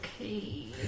Okay